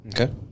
Okay